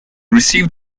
received